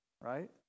right